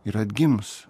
ir atgims